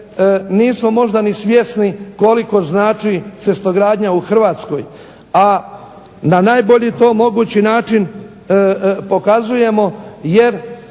nismo možda ni svjesni koliko znači cestogradnja u Hrvatskoj, a na najbolji to mogući način pokazujemo jer